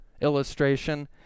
illustration